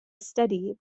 steady